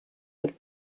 had